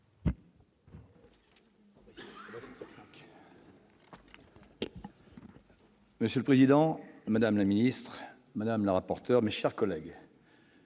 Monsieur le Président, Madame la Ministre Madame la rapporteure, mes chers collègues.